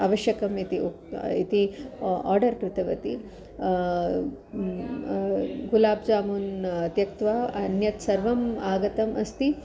आवश्यकम् इति उक् इति आर्डर् कृतवती गुलाब् जामून् त्यक्त्वा अन्यत् सर्वम् आगतम् अस्ति